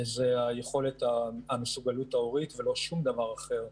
זו יכולת המסוגלות ההורית ולא שום דבר אחר.